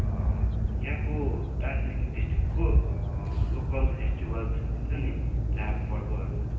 यहाँको दार्जिलिङ डिस्ट्रिकको लोकल फेस्टिभल्सहरू हुन्छ नि चाडपर्वहरू